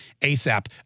ASAP